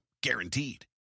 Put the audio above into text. guaranteed